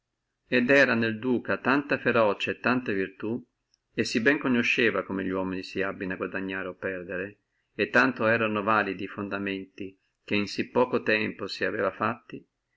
et era nel duca tanta ferocia e tanta virtù e sí bene conosceva come li uomini si hanno a guadagnare o perdere e tanto erano validi e fondamenti che in sí poco tempo si aveva fatti